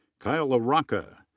kyle larocca.